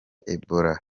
ebola